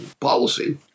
policy